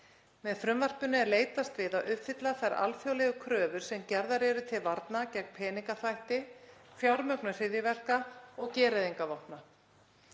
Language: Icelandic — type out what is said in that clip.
Með frumvarpinu er leitast við að uppfylla þær alþjóðlegu kröfur sem gerðar eru til varna gegn peningaþvætti, fjármögnun hryðjuverka og gereyðingarvopna.